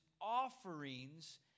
offerings